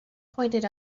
pointed